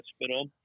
hospital